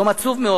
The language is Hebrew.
יום עצוב מאוד.